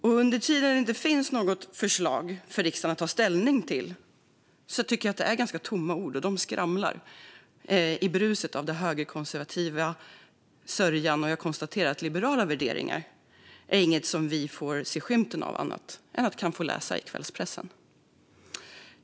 Så länge det inte finns något förslag för riksdagen att ta ställning till är det ganska tomma ord i den högerkonservativa sörjan, och liberala värderingar ser vi inte skymten av annat än i kvällspressen.